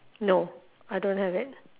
no I don't have it